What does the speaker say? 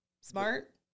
Smart